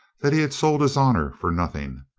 that he had sold his honor for nothing,